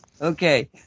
okay